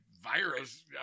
virus